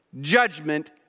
judgment